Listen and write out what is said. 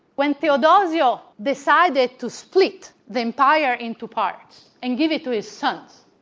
when theodozio decided to split the empire into parts and give it to his sons,